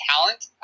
talent